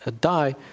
die